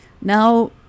Now